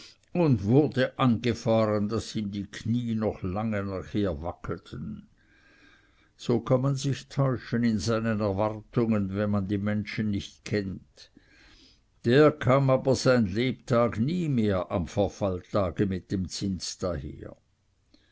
und wurde angefahren daß ihm die knie noch lange nachher wackelten so kann man sich täuschen in seinen erwartungen wenn man die menschen nicht kennt der kam aber sein lebtag nie mehr am verfalltage mit dem zins daher